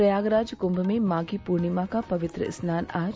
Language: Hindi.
प्रयागराज कुंभ में माधी पूर्णिमा का पवित्र स्नान आज